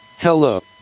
Hello